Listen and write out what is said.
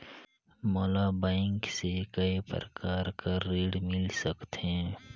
मोला बैंक से काय प्रकार कर ऋण मिल सकथे?